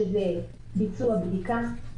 שזה ביצוע בדיקה,